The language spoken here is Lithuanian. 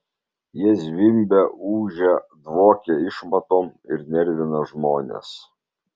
jie zvimbia ūžia dvokia išmatom ir nervina žmones